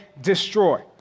destroy